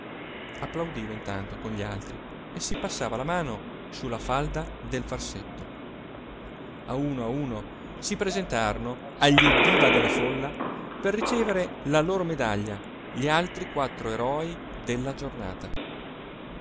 applaudiva intanto con gli altri e si passava la mano su la falda del farsetto a uno a uno si presentarono agli evviva della folla per ricevere la loro medaglia gli altri quattro eroi della giornata